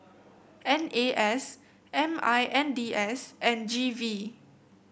N A S M I N D S and G V